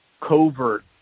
covert